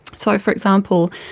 so, for example,